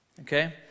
okay